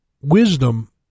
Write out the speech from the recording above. wisdom